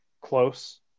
close